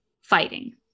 fighting